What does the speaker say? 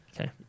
Okay